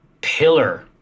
pillar